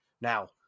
Now